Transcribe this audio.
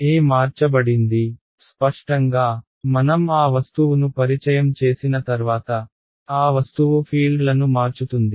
E మార్చబడింది స్పష్టంగా మనం ఆ వస్తువును పరిచయం చేసిన తర్వాత ఆ వస్తువు ఫీల్డ్లను మార్చుతుంది